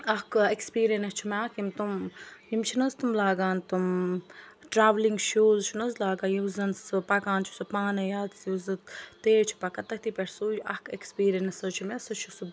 اَکھ ایٚکٕسپیٖریَنٕس چھِ مےٚ اَکھ یِم تم یِم چھِ نہ حظ تٕم لاگان تم ٹرٛاولِنٛگ شوٗز چھِ نہ حظ لاگان یُس زَن سُہ پَکان چھُ سُہ پانے یا یُس تیز چھُ پَکان تٔتھی پٮ۪ٹھ سُے اَکھ ایٚکٕسپیٖریَنس حظ چھُ مےٚ سُہ چھُ سُہ